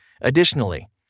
Additionally